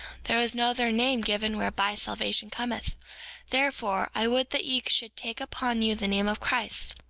there is no other name given whereby salvation cometh therefore, i would that ye should take upon you the name of christ,